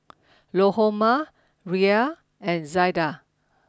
Lahoma Rian and Zelda